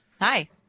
Hi